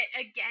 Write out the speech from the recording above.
again